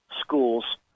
schools